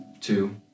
two